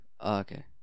okay